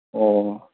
ꯑꯣ